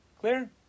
Clear